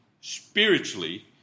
spiritually